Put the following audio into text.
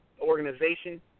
organization